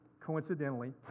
coincidentally